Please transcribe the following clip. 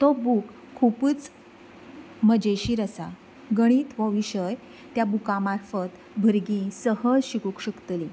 तो बूक खुबूच मजेशीर आसा गणीत हो विशय त्या बुका मार्फत भुरगीं सहज शिकूंक शकतलीं